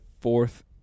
fourth